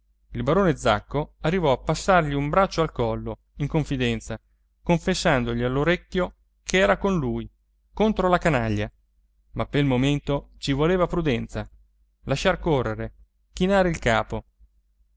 il barone zacco arrivò a passargli un braccio al collo in confidenza confessandogli all'orecchio ch'era con lui contro la canaglia ma pel momento ci voleva prudenza lasciar correre chinare il capo